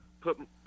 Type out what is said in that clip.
put